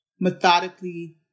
methodically